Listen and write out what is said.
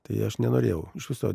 tai aš nenorėjau iš viso